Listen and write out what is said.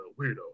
weirdo